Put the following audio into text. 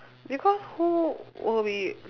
because who will be